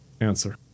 answer